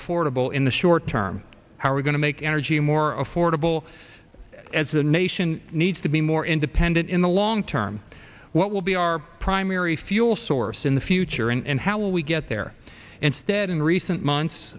affordable in the short term how we're going to make energy more affordable as the nation needs to be more independent in the long term what will be our primary fuel source in the future and how we get there instead in recent months